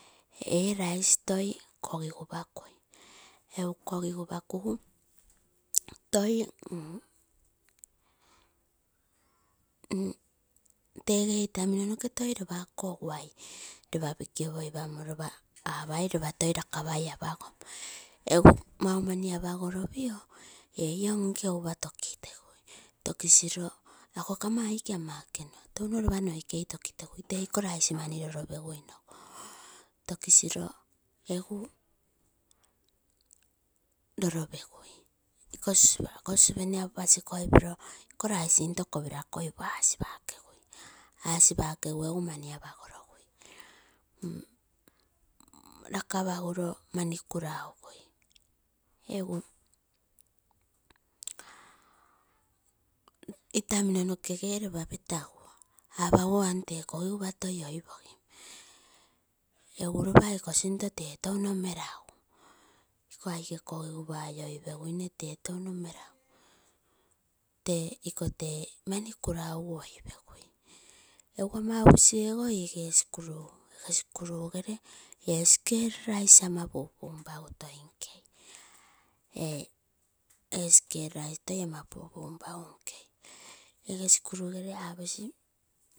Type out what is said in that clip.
Eee rice toi kogigupa kui. Egu kogigupa kugu toi, tegee itamino noke toi ropa ako oguai pikiopoi paigu apai ropa toi rakapai apagom. Egu mauneani apagoropio ee iom nke upaa tokitegui, tokisino ako amo aike ama ekenua touno ropa noikei tokitegai iko rice mani lolopeguingu, tokisino egu lolopegui. Ako saucepan koro apuu pasikoipino iko rice egu akoi upaa kopiro lolopegui asipakegu egu manirakapagugui. Eguu itamino nokege ropa petagui. Apaguo amo tee kogigupa toi oipogim. Egu ropa iko sinto tee touno meragu iko aike kogigupa oioipeguine tee touno meraguu iko tee mani kuraugu oi pegui egu ama ugusi ogo sikuru gere ee skel rice ama pupum pagu toi nkei. Eee skel rice toi ania pupum paguu toi ama nkem skul gere aposi.